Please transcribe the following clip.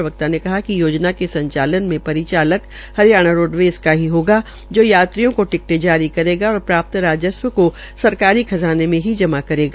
प्रवक्ता ने कहा कि योजना के संचालन में परिचालक हरियाणा रोडवेज़ का ही होगा जो यात्रियों को टिकटे जारी करेगा और प्राप्त राजस्व को सरकारी खजाने मे ही जमा करेगा